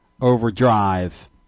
overdrive